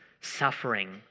suffering